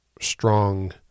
strong